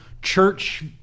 Church